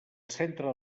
centre